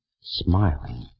Smiling